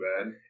bad